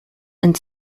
and